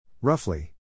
Roughly